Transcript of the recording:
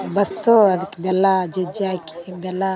ಬಸ್ದೂ ಅದಕ್ಕೆ ಬೆಲ್ಲ ಜಜ್ಜಿ ಹಾಕಿ ಬೆಲ್ಲ